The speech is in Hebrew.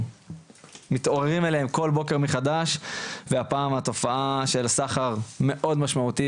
מתעוררים אליהם כל בוקר מחדש והפעם התופעה של סחר מאוד משמעותי